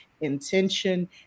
intention